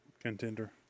Contender